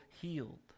healed